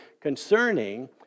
concerning